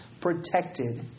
protected